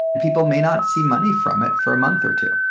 people may not see money from it for a month or two.